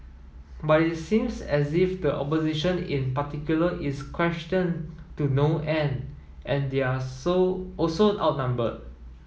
but it seems as if the opposition in particular is questioned to no end and they're also outnumbered